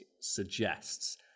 suggests